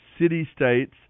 city-states